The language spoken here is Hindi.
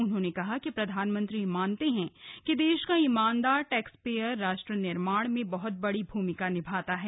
उन्होंने कहा कि प्रधानमंत्री मानते हैं कि देश का ईमानदार टैक्सपेयर राष्ट्रनिर्माण में बह्त बड़ी भूमिका निभाता है